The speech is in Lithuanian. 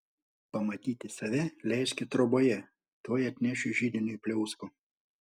pamatyti save leiski troboje tuoj atnešiu židiniui pliauskų